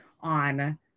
on